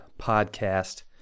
podcast